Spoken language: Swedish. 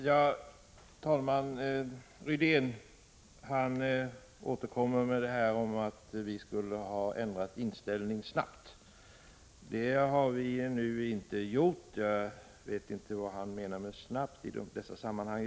Herr talman! Rune Rydén återkommer till att vi skulle ha ändrat inställning snabbt. Det har vi inte gjort. Jag vet inte vad han menar med snabbt.